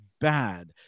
bad